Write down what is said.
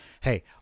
Hey